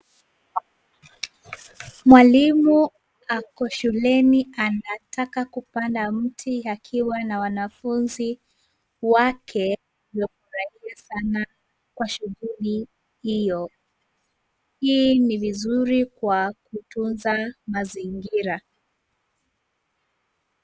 Mwalimu ako shuleni anataka kupanda mti akiwa na wanafunzi wake wamefurahia sana kwa shughuli hiyo. Hii ni vizuri kwa kutunza mazingira.